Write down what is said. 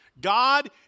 God